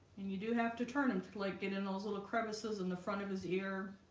and you do have to turn him to like get in those little crevices in the front of his ear